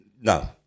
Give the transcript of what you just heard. No